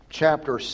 chapter